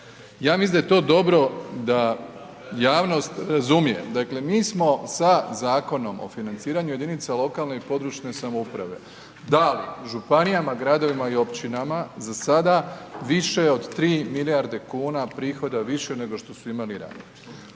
Ja mislim da je to dobro da javnost razumije. Dakle mi smo sa Zakonom o financiranju jedinica lokalne i područne samouprave dali županijama, gradovima i općinama za sada više od 3 milijarde kuna prihoda više nego što su imali ranije.